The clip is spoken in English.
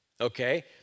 Okay